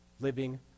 living